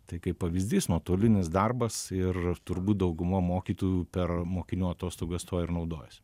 tai kaip pavyzdys nuotolinis darbas ir turbūt dauguma mokytojų per mokinių atostogas tuo ir naudojas